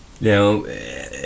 Now